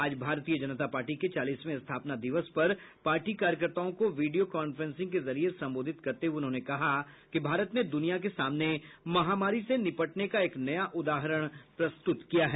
आज भारतीय जनता पार्टी के चालीसवें स्थापना दिवस पर पार्टी कार्यकर्ताओं को वीडियो कांफ्रेंसिंग के जरिये संबोधित करते हुए उन्होंने कहा कि भारत ने दुनिया के सामने महामारी से निपटने का एक नया उदाहरण प्रस्तुत किया है